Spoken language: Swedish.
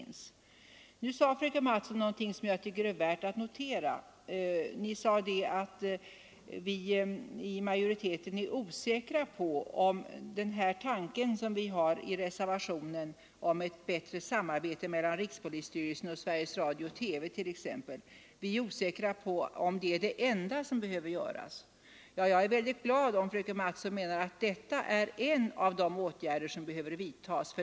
Där sade emellertid fröken Mattson någonting som jag tycker är värt att notera, nämligen att utskottsmajoriteten är osäker om huruvida den tanke vi har framfört i reservationen, att det bör skapas ett bättre samarbete mellan t.ex. rikspolisstyrelsen och Sveriges Radio-TV, är den enda åtgärd som behöver vidtas. Jag är mycket glad om fröken Mattson menar att det är en av de åtgärder som bör vidtas.